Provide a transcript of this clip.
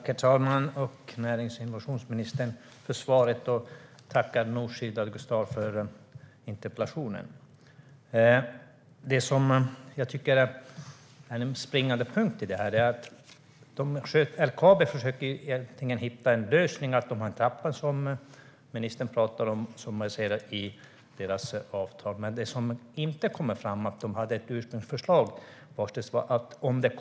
Herr talman! Tack, närings och innovationsministern, för svaret och tack, Nooshi Dadgostar, för interpellationen! Det finns något jag tycker är den springande punkten. LKAB försöker egentligen hitta en lösning, med den trappa som ministern pratar om, baserat på deras avtal. Men det som inte kommer fram är att LKAB hade ett ursprungsförslag.